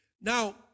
Now